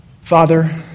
Father